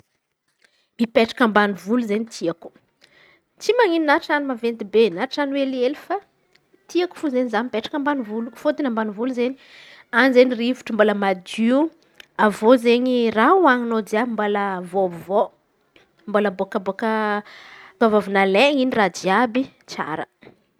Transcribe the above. Mipetraka amban̈ivolo izen̈y tiako tsy manino na tran̈o maventy be na tran̈o hely hely fa tiako fô izen̈y za mipetraka ambany volo. Fôtony amban̈ivolo izen̈y an̈y rivotra mbôla madio, avy eo izen̈y raha ho hanin̈aô jiàby mbola avôvô mbola bôka bôka avy nalen̈y in̈y raha jiàby tsara.